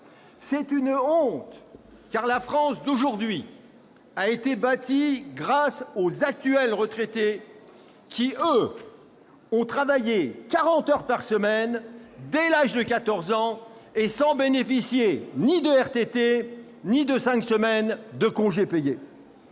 C'est une honte, car la France d'aujourd'hui a été bâtie grâce aux actuels retraités qui, eux, ont travaillé 40 heures par semaine dès l'âge de 14 ans et sans bénéficier ni de RTT ni de cinq semaines de congés payés.